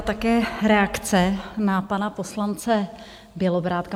Také reakci na pana poslance Bělobrádka.